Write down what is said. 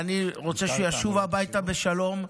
אני רוצה שהוא ישוב הביתה בשלום,